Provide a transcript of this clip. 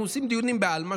אנחנו עושים דיונים בעלמא,